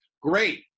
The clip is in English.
great